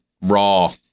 raw